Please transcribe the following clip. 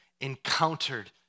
encountered